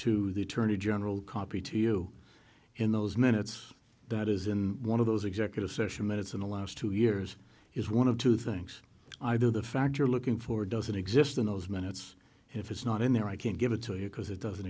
to the attorney general copy to you in those minutes that is in one of those executive session minutes in the last two years is one of two things either the fact you're looking for doesn't exist in those minutes if it's not in there i can't give it to you because it doesn't